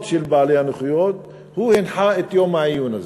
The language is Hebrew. של בעלי הנכויות הוא הנחה את יום העיון הזה.